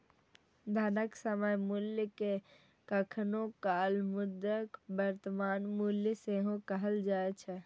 धनक समय मूल्य कें कखनो काल मुद्राक वर्तमान मूल्य सेहो कहल जाए छै